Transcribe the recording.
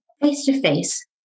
face-to-face